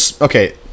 okay